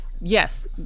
Yes